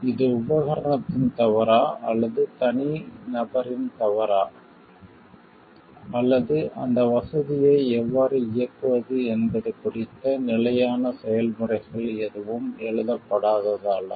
இது உபகரணத்தின் தவறா அல்லது அது நபரின் தவறா அல்லது அந்த வசதியை எவ்வாறு இயக்குவது என்பது குறித்த நிலையான செயல்முறைகள் எதுவும் எழுதப்படாததாலா